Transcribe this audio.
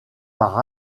par